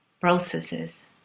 processes